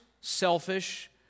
selfish